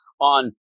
on